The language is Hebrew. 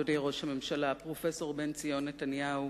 אדוני ראש הממשלה, פרופסור בנציון נתניהו,